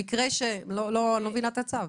אני לא מבינה את הצו.